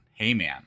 Heyman